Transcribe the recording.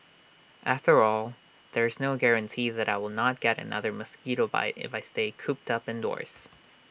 after all there's no guarantee that I will not get another mosquito bite if I stay cooped up indoors